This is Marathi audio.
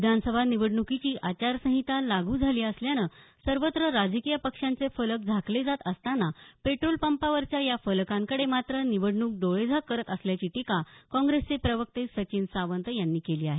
विधानसभा निवडणुकीची आचारसंहिता लागू झाली असल्याने सर्वत्र राजकीय पक्षांचे फलक झाकले जात असताना पेट्रोल पंपांवरच्या या फलकांकडे मात्र निवडणूक डोळेझाक करत असल्याची टीका काँग्रेसचे प्रवक्ते सचिन सावंत यांनी केली आहे